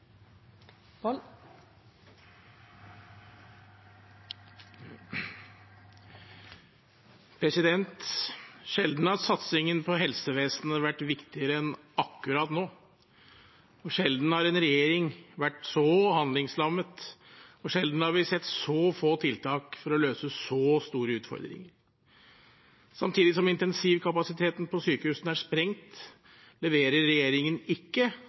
Sjelden har satsingen på helsevesenet vært viktigere enn akkurat nå. Sjelden har en regjering vært så handlingslammet. Sjelden har vi sett så få tiltak for å løse så store utfordringer. Samtidig som intensivkapasiteten på sykehusene er sprengt, leverer ikke regjeringen